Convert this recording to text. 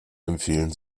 empfehlen